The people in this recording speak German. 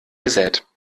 gesät